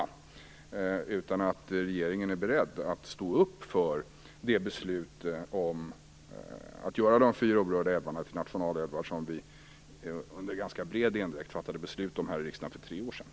Det vore värdefullt om hon kunde bekräfta att regeringen är beredd att stå upp för beslutet om att de fyra orörda älvarna skall göras till nationalälvar, som vi under en ganska bred endräkt fattade beslut om här i riksdagen för tre år sedan.